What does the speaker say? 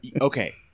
okay